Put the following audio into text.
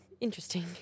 Interesting